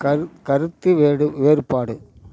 கரு கருத்து வேடு வேறுபாடு